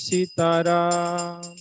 Sitaram